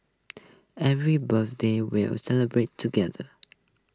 every birthday we'll celebrate together